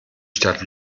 stadt